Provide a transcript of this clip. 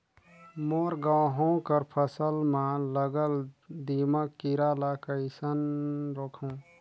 मोर गहूं कर फसल म लगल दीमक कीरा ला कइसन रोकहू?